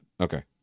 Okay